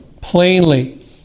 plainly